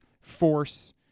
force